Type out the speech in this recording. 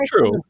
True